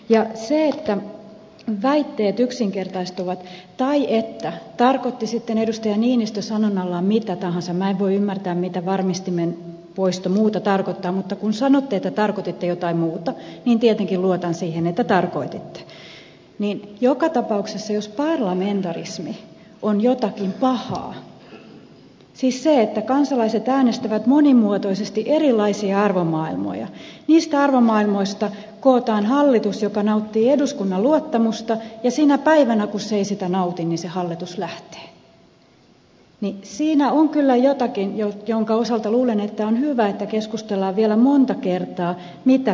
ja jos väitteet yksinkertaistuvat tai tarkoitti sitten edustaja niinistö sanonnallaan mitä tahansa minä en voi ymmärtää mitä varmistimen poisto muuta tarkoittaa mutta kun sanotte että tarkoititte jotain muuta niin tietenkin luotan siihen että tarkoititte joka tapauksessa jos parlamentarismi on jotakin pahaa siis se että kansalaiset äänestävät monimuotoisesti erilaisia arvomaailmoja niistä arvomaailmoista kootaan hallitus joka nauttii eduskunnan luottamusta ja sinä päivänä kun se ei sitä nauti se hallitus lähtee niin siinä on kyllä jotakin minkä osalta luulen että on hyvä että keskustellaan vielä monta kertaa siitä mitä se tarkoitti